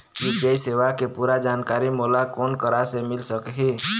UPI सेवा के पूरा जानकारी मोला कोन करा से मिल सकही?